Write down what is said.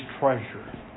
treasure